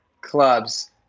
clubs